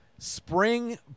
Spring